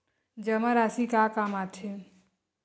जमा राशि का काम आथे?